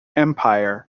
empire